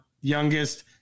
youngest